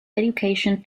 education